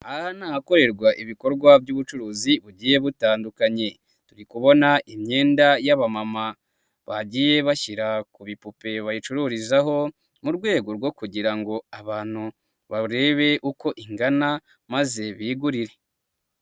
Aha ni ahakorerwa ibikorwa by'ubucuruzi bugiye butandukanye, turi kubona imyenda y'abamama, bagiye bashyira ku bipupe bayicururizaho, mu rwego rwo kugira ngo abantu barebe uko ingana, maze bigurire.